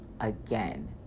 again